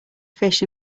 fish